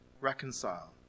reconcile